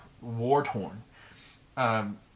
war-torn